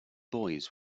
boys